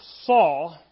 saw